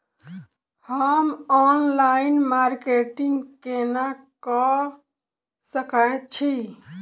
हम online marketing केना कऽ सकैत छी?